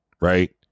right